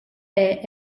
era